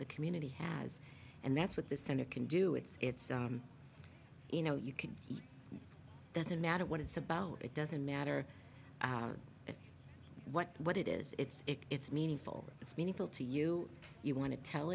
the community has and that's what the center can do it's it's you know you can doesn't matter what it's about it doesn't matter what what it is it's it's meaningful it's meaningful to you you want to tell